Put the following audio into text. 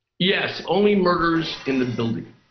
yes. only murders in the building.